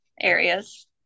areas